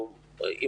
תירגע ונהיה,